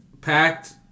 packed